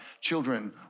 children